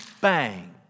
bang